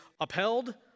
upheld